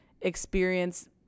experience